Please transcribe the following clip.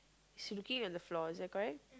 he's looking at the floor is that correct